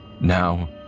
now